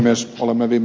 arvoisa puhemies